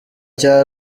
cya